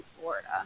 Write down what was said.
Florida